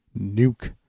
Nuke